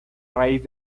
raíz